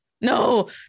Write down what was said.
No